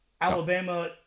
Alabama